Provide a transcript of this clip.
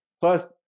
Plus